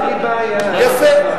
אין לי בעיה, יפה.